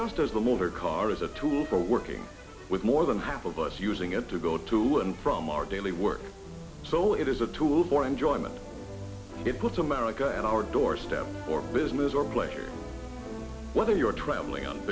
just as the motor car is a tool for working with more than half of us using it to go to and from our daily work so it is a tool for enjoyment it puts america at our doorstep for business or pleasure whether you're traveling on